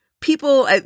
people